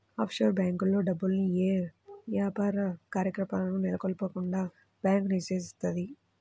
offshore బ్యేంకుల్లో డబ్బుల్ని యే యాపార కార్యకలాపాలను నెలకొల్పకుండా బ్యాంకు నిషేధిత్తది